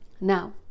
Now